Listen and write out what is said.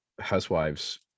housewives